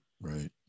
right